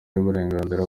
y’uburenganzira